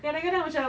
kadang-kadang macam